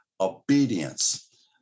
obedience